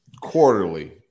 quarterly